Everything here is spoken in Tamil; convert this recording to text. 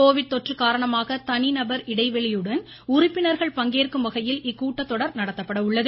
கோவிட் தொற்று காரணமாக தனி நபர் இடைவெளியுடன் உறுப்பினர்கள் பங்கேற்கும் வகையில் இக்கூட்டத்தொடர் நடத்தப்பட உள்ளது